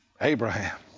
Abraham